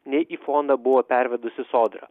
ne į fondą buvo pervedusi sodra